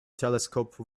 telescope